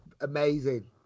amazing